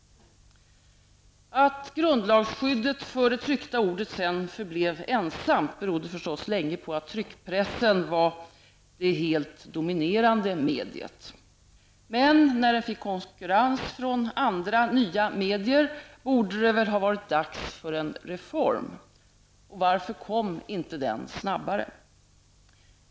Att grundlagsskyddet för det tryckta ordet sedan förblev ensamt berodde förstås länge på att tryckpressen var det helt dominerande mediet. Men när den fick konkurrens från andra nya medier borde det väl ha varit dags för en reform. Varför kom den inte snabbare?